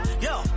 yo